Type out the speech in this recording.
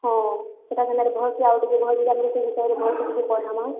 ହଁ ସେଟା ସେମାନେ ଭଲ୍ସେ ଆଉ ଟିକେ ଭଲ୍ସେ ଜାନିବେ ସେଇ ବିଷୟରେ ଭଲ ସେ ଟିକେ ପଢ଼ାମା